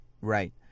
Right